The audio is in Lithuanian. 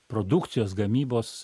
produkcijos gamybos